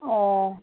ꯑꯣ